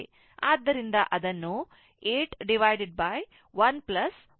ಆದ್ದರಿಂದ ಅದನ್ನು 8 1 13 K Ω ಎಂದು ಬರೆಯುತ್ತೇನೆ